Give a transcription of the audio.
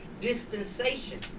dispensation